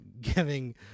giving